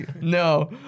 No